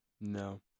No